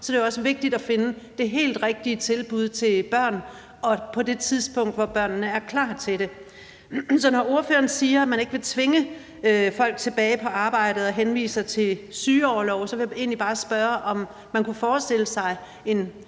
så er det også vigtigt at finde det helt rigtige tilbud til børn på det tidspunkt, hvor børnene er klar til det. Så når ordføreren siger, at man ikke vil tvinge folk tilbage på arbejdet, og henviser til sygeorlov, vil jeg egentlig bare spørge, om man kunne forestille sig en